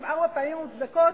אם ארבע פעמים מוצדקות,